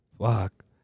fuck